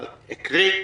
אני אקרא.